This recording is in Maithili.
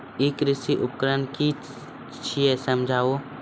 ई कृषि उपकरण कि छियै समझाऊ?